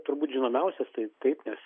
turbūt žinomiausias tai taip nes